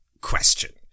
question